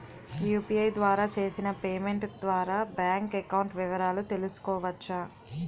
UPI ద్వారా చేసిన payment ద్వారా బ్యాంక్ అకౌంట్ వివరాలు తెలుసుకోవచ్చ?